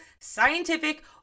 scientific